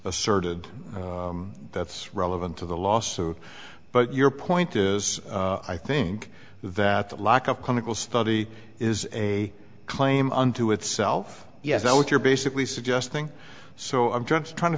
asserted that's relevant to the lawsuit but your point is i think that the lack of clinical study is a claim unto itself yes that what you're basically suggesting so i'm just trying to